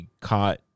caught